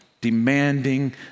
demanding